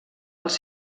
als